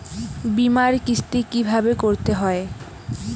বিমার কিস্তি কিভাবে করতে হয়?